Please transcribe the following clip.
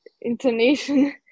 intonation